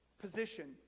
position